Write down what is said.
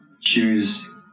Choose